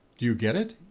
do you get it,